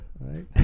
Right